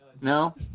No